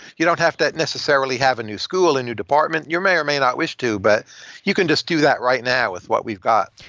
you don't have to necessarily have a new school, a new department. you may or may not wish to, but you can just do that right now with what we've got.